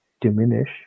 diminish